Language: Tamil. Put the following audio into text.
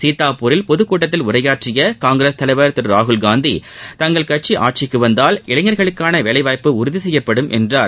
சீதாபூரில் பொதுக்கூட்டத்தில் உரையாற்றிய காங்கிரஸ் தலைவர் திரு ராகுல்காந்தி தங்கள் கட்சி ஆட்சிக்கு வந்தால் இளைஞர்களுக்கான வேலை வாய்ப்பு உறுதி செய்யப்படும் என்றார்